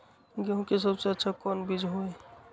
गेंहू के सबसे अच्छा कौन बीज होई?